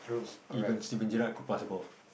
even Steven-Gerrard could pass the ball